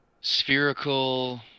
Spherical